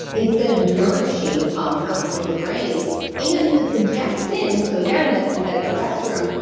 instead of nourishing compounds in the brain and the progestin, so again, that synthetic progesterone,